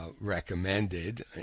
recommended